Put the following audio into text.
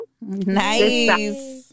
Nice